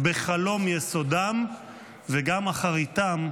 "בחלום יסודם וגם אחריתם,